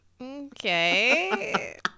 okay